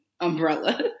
umbrella